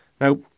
Now